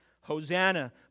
Hosanna